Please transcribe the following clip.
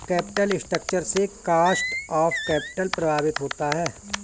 capital structure से cost of capital प्रभावित होता है